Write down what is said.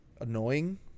annoying